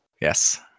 Yes